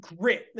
grit